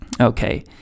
Okay